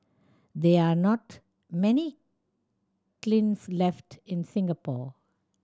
there are not many kilns left in Singapore